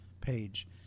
page